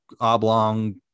oblong